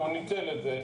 כי הוא ניצל את זה,